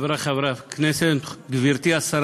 ותועבר להכנה לקריאה שנייה ושלישית בוועדת הכלכלה.